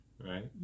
right